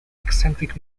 eccentric